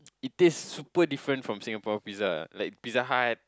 is this super difference from Singapore pizza like Pizza Hut